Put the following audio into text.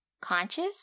conscious